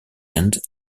end